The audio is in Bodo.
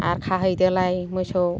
आरो खाहैदोलाय मोसौ